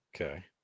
Okay